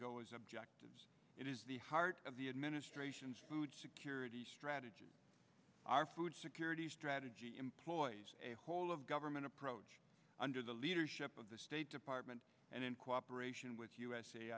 is objectives it is the heart of the administration's food security strategy our food security strategy employs a whole of government approach under the leadership of the state department and in cooperation with u